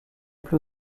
plus